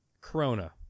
Corona